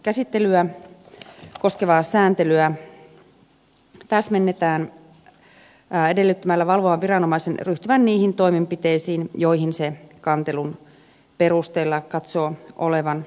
käsittelyä koskevaa sääntelyä täsmennetään edellyttämällä valvovan viranomaisen ryhtyvän niihin toimenpiteisiin joihin se kantelun perusteella katsoo olevan aihetta